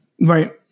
Right